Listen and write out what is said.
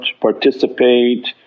participate